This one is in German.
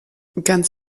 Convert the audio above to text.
ganz